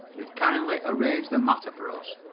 who kindly arranged the matter for us.